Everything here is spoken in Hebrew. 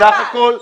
סך הכול.